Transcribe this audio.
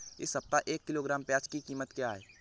इस सप्ताह एक किलोग्राम प्याज की कीमत क्या है?